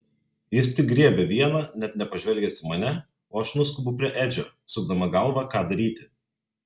jis tik griebia vieną net nepažvelgęs į mane o aš nuskubu prie edžio sukdama galvą ką daryti